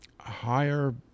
higher